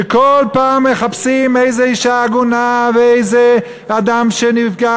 שכל פעם מחפשים איזה אישה עגונה ואיזה אדם שנפגע